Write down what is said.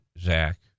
Zach